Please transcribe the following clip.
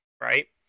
right